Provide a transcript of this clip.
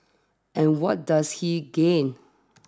and what does he gain